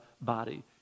body